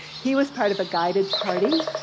he was part of a guided party,